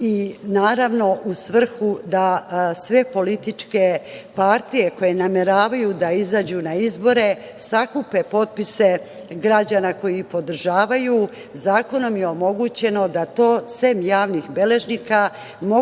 i, naravno, u svrhu da sve političke partije koje nameravaju da izađu na izbore, sakupe potpise građana koji ih podržavaju, zakonom je omogućeno da to sem javnih beležnika mogu